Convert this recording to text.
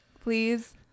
Please